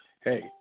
hey